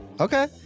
Okay